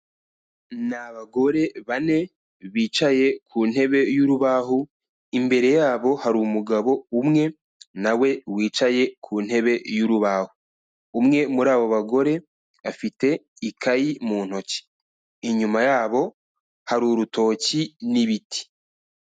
Ni abagore bane bicaye ku ntebe y'urubaho, imbere yabo hari umugabo umwe na we wicaye ku ntebe y'urubaho. Umwe muri abo bagore afite ikayi mu ntoki. Inyuma yabo hari urutoki n'ibiti.